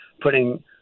putting